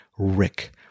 rick